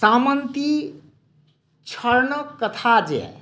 सामन्ती क्षणक कथा जे